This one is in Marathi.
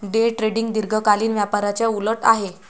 डे ट्रेडिंग दीर्घकालीन व्यापाराच्या उलट आहे